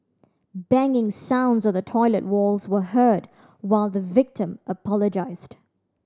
banging sounds on the toilet walls were heard while the victim apologised